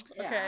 Okay